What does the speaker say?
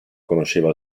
conosceva